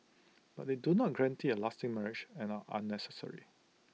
but they do not guarantee A lasting marriage and are unnecessary